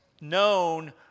known